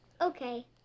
Okay